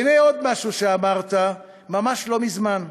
והנה עוד משהו שאמרת, ממש לא מזמן.